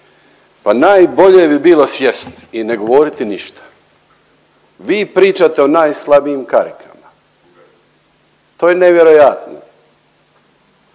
Pa najbolje bi bilo sjest i ne govoriti ništa. Vi pričate o najslabijim karikama, to je nevjerojatno.